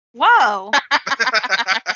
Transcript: Whoa